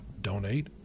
donate